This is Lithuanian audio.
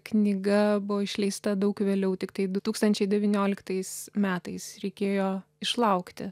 knyga buvo išleista daug vėliau tiktai du tūkstančiai devynioliktais metais reikėjo išlaukti